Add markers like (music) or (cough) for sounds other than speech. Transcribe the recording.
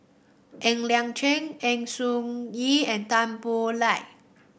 Ng Liang Chiang (unintelligible) soon Yee and Tan Boo Liat